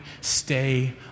stay